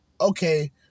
okay